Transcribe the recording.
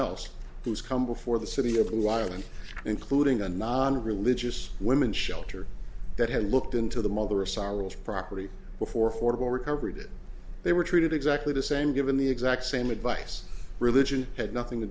else who's come before the city of wild and including a non religious women's shelter that had looked into the mother of sorrows property before horrible recovered they were treated exactly the same given the exact same advice religion had nothing to